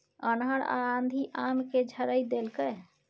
अन्हर आ आंधी आम के झाईर देलकैय?